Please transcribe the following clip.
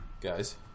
guys